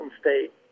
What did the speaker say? State